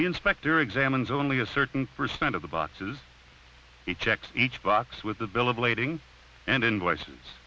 the inspector examines only a certain percent of the boxes he checks each box with the bill of lading and invoices